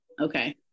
Okay